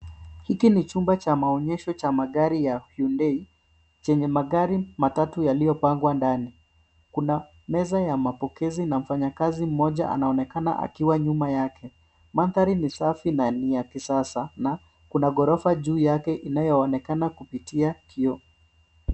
Hiki ni chumba cha maonyehso cha magari ya hyundai chenye magari matatu yaliyopangwa ndani. Kuna meza ya mapokezi na mfanyakazi mmoja anaonekana akiwa nyuma yake. Mandhari ni safi na ni ya kisasa na kuna ghorofa juu yake inayoonekana kupitia kioo.